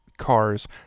cars